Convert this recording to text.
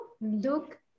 look